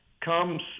comes